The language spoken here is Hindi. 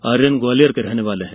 आर्यन ग्वालियर के रहने वाले हैं